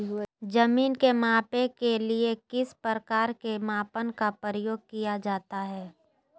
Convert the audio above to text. जमीन के मापने के लिए किस प्रकार के मापन का प्रयोग किया जाता है?